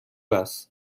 است